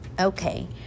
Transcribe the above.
Okay